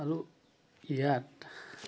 আৰু ইয়াত